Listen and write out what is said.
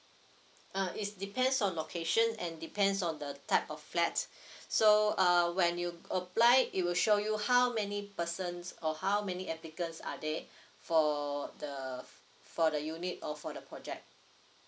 uh is depends on location and depends on the type of flat so uh when you apply it will show you how many persons or how many applicants are they for the for the unit or for the project